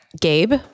Gabe